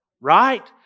Right